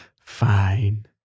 Fine